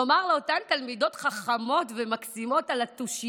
אני רוצה לומר שאפו ענק לאותן תלמידות חכמות ומקסימות על התושייה,